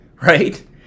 right